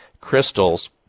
crystals